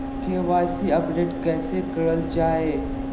KYC update कैसे करल जाहै?